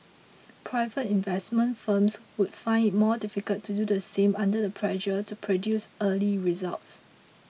private investment firms would find it more difficult to do the same under the pressure to produce early results